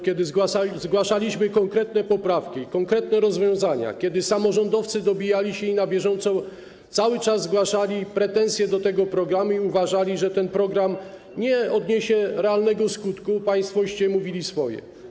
Kiedy zgłaszaliśmy konkretne poprawki, konkretne rozwiązania, kiedy samorządowcy dobijali się i na bieżąco cały czas zgłaszali pretensje dotyczące tego programu, i uważali, że ten program nie odniesie realnego skutku, państwo mówiliście swoje.